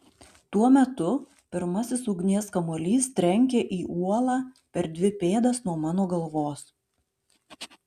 tuo metu pirmasis ugnies kamuolys trenkia į uolą per dvi pėdas nuo mano galvos